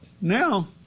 Now